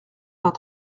vingt